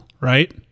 right